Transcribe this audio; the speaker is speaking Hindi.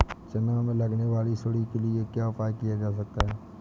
चना में लगने वाली सुंडी के लिए क्या उपाय किया जा सकता है?